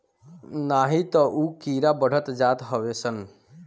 नाही तअ उ कीड़ा बढ़त जात हवे सन